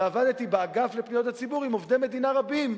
ועבדתי באגף לפניות הציבור עם עובדי מדינה רבים,